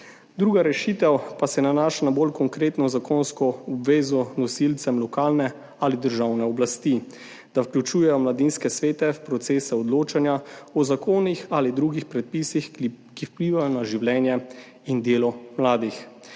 Druga rešitev pa se nanaša na bolj konkretno zakonsko obvezo nosilcem lokalne ali državne oblasti, da vključujejo mladinske svete v procese odločanja o zakonih ali drugih predpisih, ki vplivajo na življenje in delo mladih.